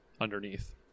underneath